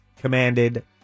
commanded